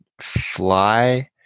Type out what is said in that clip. fly